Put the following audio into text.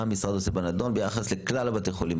מה המשרד עושה בנדון ביחס לכלל בתי החולים